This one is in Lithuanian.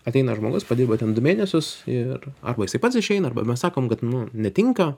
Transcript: ateina žmogus padirba ten du mėnesius ir arba jisai pats išeina arba mes sakom kad nu netinka